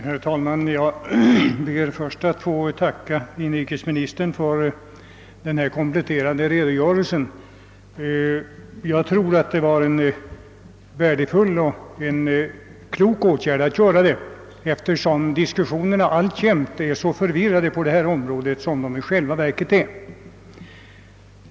Herr talman! Jag ber först att få tacka inrikesministern för denna kompletterande redogörelse — jag tror att det var en värdefull och klok åtgärd att lämna den, eftersom diskussionerna på detta område alltjämt är så förvirrade som de i själva verket är.